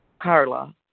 Carla